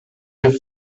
the